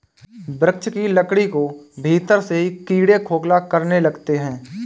वृक्ष के लकड़ी को भीतर से ही कीड़े खोखला करने लगते हैं